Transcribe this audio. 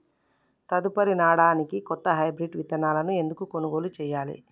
తదుపరి నాడనికి కొత్త హైబ్రిడ్ విత్తనాలను ఎందుకు కొనుగోలు చెయ్యాలి?